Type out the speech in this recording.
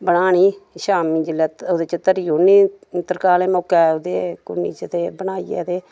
बनानी शामीं जेल्लै ओह्दे च धरी ओड़नी तरकालें मौके ओह्दे कु'न्नी च ते बनाइये ते